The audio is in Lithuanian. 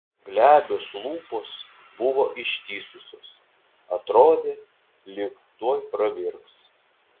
glebios lūpos buvo ištįsusios atrodė lyg tuoj pravirks